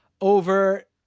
over